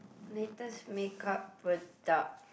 latest make-up product